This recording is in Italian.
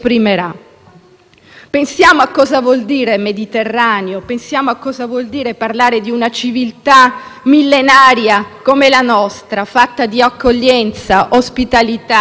civiltà millenaria come la nostra, fatta di accoglienza, ospitalità, umanità, solidarietà. Sono parole sconosciute a questo Governo, che già